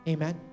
Amen